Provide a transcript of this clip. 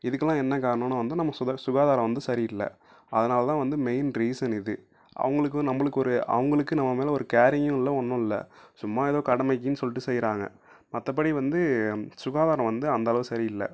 இதுக்கெல்லாம் என்ன காரணம்னால் வந்து நம்ம சுத சுகாதாரம் வந்து சரி இல்லை அதனால் தான் வந்து மெயின் ரீசன் இது அவங்களுக்கு நம்மளுக்கு ஒரு அவங்களுக்கு நம்ம மேலே ஒரு கேரிங்கும் இல்லை ஒன்றும் இல்லை சும்மா ஏதோ கடமைக்குன்னு சொல்லிட்டு செய்கிறாங்க மற்றபடி வந்து சுகாதாரம் வந்து அந்தளவு சரி இல்லை